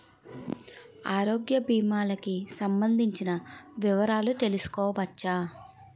ఆరోగ్య భీమాలకి సంబందించిన వివరాలు తెలుసుకోవచ్చా?